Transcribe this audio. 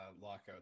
lockout